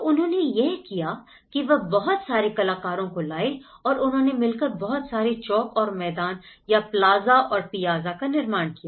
तो उन्होंने यह किया की वह बहुत सारे कलाकारों को लाए और उन्होंने मिलकर बहुत सारे चौक और मैदान या प्लाजा और पियाजा का निर्माण किया